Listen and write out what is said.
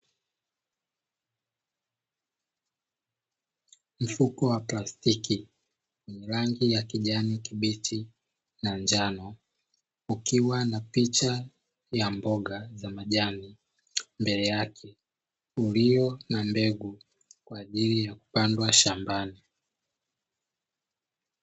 Mfuko wa plastiki rangi ya kijani kibichi na njano, ukiwa na picha ya mboga za majani, mbele yake ulio na mbegu kwa jili ya kupandwa shambani.